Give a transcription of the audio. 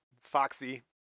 Foxy